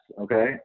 okay